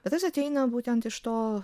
bet tas ateina būtent iš to